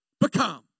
become